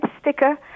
sticker